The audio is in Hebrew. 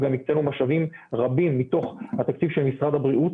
וגם הקצינו משאבים רבים מתוך התקציב של משרד הבריאות